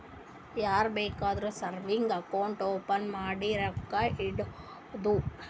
ಯಾರ್ ಬೇಕಾದ್ರೂ savings account open ಮಾಡಿ ರೊಕ್ಕಾ ಇಡ್ಬೋದು